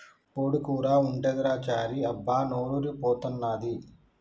కోడి కూర ఉంటదిరా చారీ అబ్బా నోరూరి పోతన్నాది